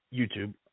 YouTube